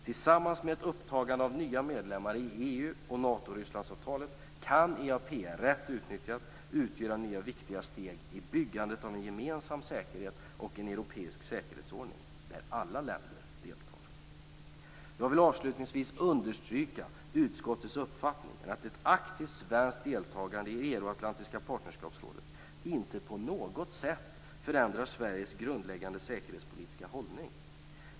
Tillsammans med ett upptagande av nya medlemmar i EU och Nato Ryssland-avtalet kan EAPR, rätt utnyttjat, utgöra nya och viktiga steg i byggandet av en gemensam säkerhet och en europeisk säkerhetsordning där alla länder deltar. Jag vill avslutningsvis understryka utskottets uppfattning att ett aktivt svenskt deltagande i Euroatlantiska partnerskapsrådet inte på något sätt förändrar Sveriges grundläggande säkerhetspolitiska hållning.